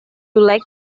like